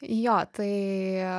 jo tai